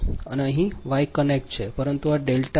07 p